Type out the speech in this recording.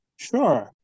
Sure